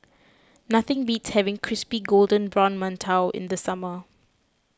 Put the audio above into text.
nothing beats having Crispy Golden Brown Mantou in the summer